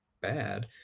bad